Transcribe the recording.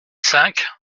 cinq